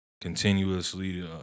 continuously